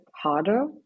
harder